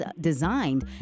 designed